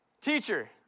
Teacher